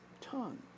tongue